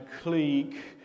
clique